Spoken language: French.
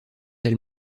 elle